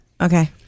Okay